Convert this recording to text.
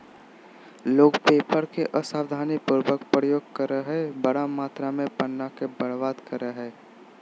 लोग पेपर के असावधानी पूर्वक प्रयोग करअ हई, बड़ा मात्रा में पन्ना के बर्बाद करअ हई